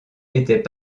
étaient